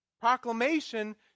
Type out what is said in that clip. Proclamation